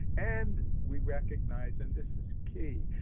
and we recognize, and this is key,